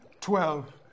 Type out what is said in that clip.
Twelve